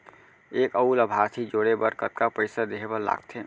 एक अऊ लाभार्थी जोड़े बर कतका पइसा देहे बर लागथे?